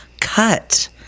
cut